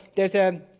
there is a,